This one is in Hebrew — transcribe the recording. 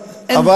לא,